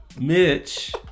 Mitch